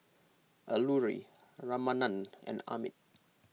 Alluri Ramanand and Amit